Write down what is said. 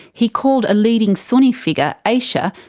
he called a leading sunni figure, aisha,